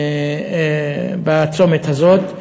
בצומת הזה.